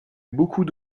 beaucoup